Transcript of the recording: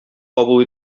кабул